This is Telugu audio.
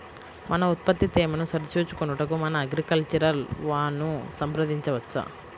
మన ఉత్పత్తి తేమను సరిచూచుకొనుటకు మన అగ్రికల్చర్ వా ను సంప్రదించవచ్చా?